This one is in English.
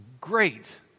great